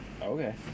Okay